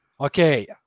Okay